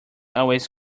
always